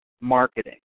marketing